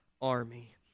army